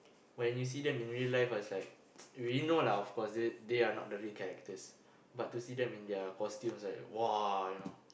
when you see them in real life ah it's like we know lah of course they they are not the real characters but to see them in their costumes right !wah! you know